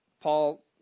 Paul